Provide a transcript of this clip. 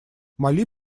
мали